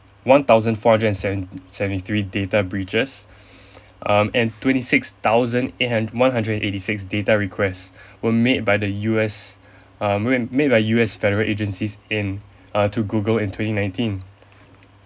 one thousand four hundred and seven seventy three data breaches um and twenty six thousand eight hun~ one hundred and eighty six data requests were made by the U_S um made by U_S federal agencies in err to google in twenty nineteen